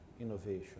innovation